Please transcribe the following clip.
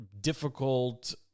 difficult